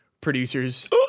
producers